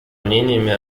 мнениями